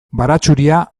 baratxuria